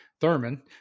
Thurman